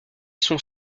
sont